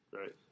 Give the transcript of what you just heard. right